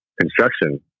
construction